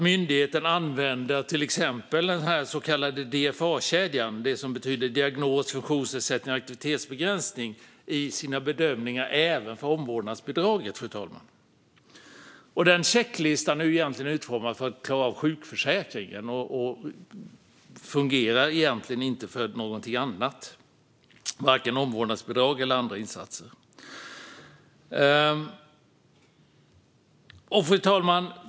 Myndigheten använder också den så kallade DFA-kedjan, diagnos, funktionsnedsättning och aktivitetsbegränsning, även i sina bedömningar för omvårdnadsbidraget. Den checklistan är ju utformad för sjukförsäkringen och fungerar egentligen inte för något annat, varken omvårdnadsbidrag eller andra insatser. Fru talman!